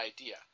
idea